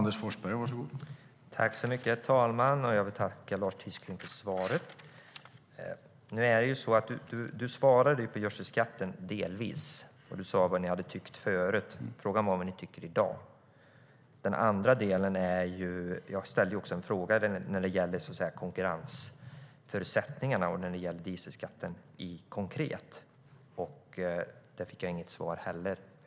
Herr talman! Jag vill tacka Lars Tysklind för svaret. Jag ställde också en fråga om konkurrensförutsättningarna och om dieselskatten konkret. Där fick jag inte heller något svar.